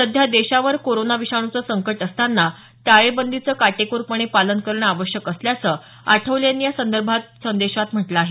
सध्या देशावर कोरोना विषाणूच संकट असताना टाळेबंदीचं काटेककोरपणे पालन करणं आवश्यक असल्याचं आठवले यांनी या संदर्भातल्या संदेशात म्हटलं आहे